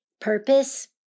Purpose